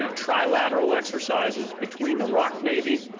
trilateral exercises between the roc navy,